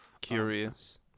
Curious